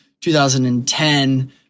2010